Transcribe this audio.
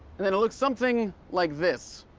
and then it looks something like this.